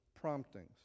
promptings